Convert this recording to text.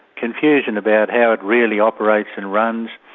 confusion about how it really operates and runs,